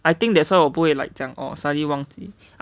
I think that's why 我不会 like 这样 or suddenly 忘记